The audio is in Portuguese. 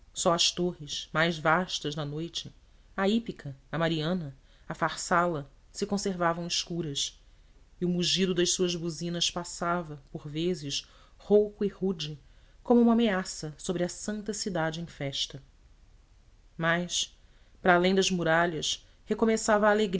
só as torres mais vastas na noite a hípica a mariana a farsala se conservavam escuras e o mugido das suas buzinas passava por vezes rouco e rude como uma ameaça sobre a santa cidade em festa mas para além das muralhas recomeçava